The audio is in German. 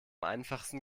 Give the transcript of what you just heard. einfachsten